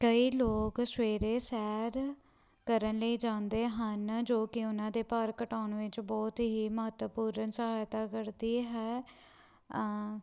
ਕਈ ਲੋਕ ਸਵੇਰੇ ਸੈਰ ਕਰਨ ਲਈ ਜਾਂਦੇ ਹਨ ਜੋ ਕਿ ਉਹਨਾਂ ਦੇ ਭਾਰ ਘਟਾਉਣ ਵਿੱਚ ਬਹੁਤ ਹੀ ਮਹੱਤਵਪੂਰਨ ਸਹਾਇਤਾ ਕਰਦੀ ਹੈ